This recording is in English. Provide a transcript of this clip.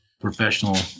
professional